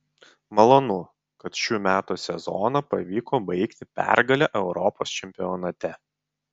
malonu kad šių metų sezoną pavyko baigti pergale europos čempionate